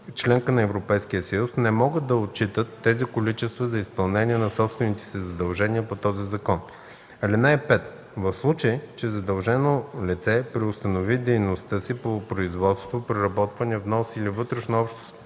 членка на Европейския съюз, не могат да отчитат тези количества за изпълнение на собствените си задължения по този закон. (5) В случай че задължено лице преустанови дейността си по производство, преработване, внос или вътрешнообщностни